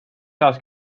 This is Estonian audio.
taas